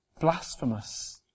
Blasphemous